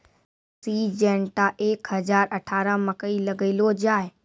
Syngenta एक हजार अठारह मकई लगैलो जाय?